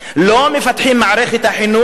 לא מפתחים את מערכת החינוך,